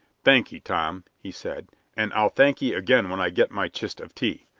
thankee, tom, he said and i'll thankee again when i get my chist of tea.